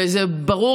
וזה ברור,